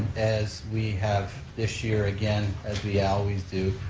as we have this year again, as we always do,